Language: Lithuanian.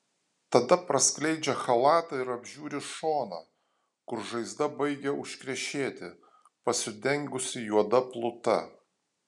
tada praskleidžia chalatą ir apžiūri šoną kur žaizda baigia užkrešėti pasidengusi juoda pluta